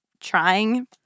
trying